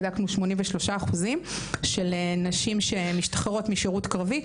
כשבדקנו- 83% של נשים שמשתחררות משירות קרבי,